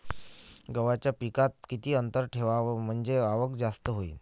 गव्हाच्या पिकात किती अंतर ठेवाव म्हनजे आवक जास्त होईन?